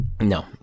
No